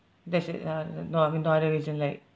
that's it ah n~ no I mean no other reason like